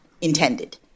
intended